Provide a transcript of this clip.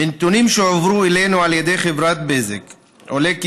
מנתונים שהועברו אלינו מחברת בזק עולה כי